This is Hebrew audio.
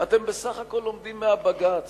אתם בסך הכול לומדים מבג"ץ,